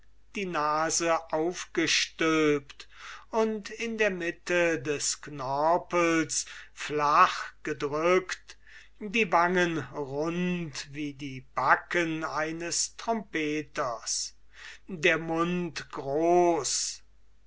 die nase kurz aufgestülpt und in der mitte des knorpels flach gedrückt die wangen rund wie die backen eines trompeters der mund groß